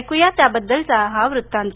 ऐकू या त्याबद्दलचा हा वृत्तांत